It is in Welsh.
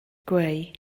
gweu